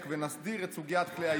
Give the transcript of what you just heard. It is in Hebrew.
שהעלו פה בצורה חסרת תקדים את יוקר המחיה.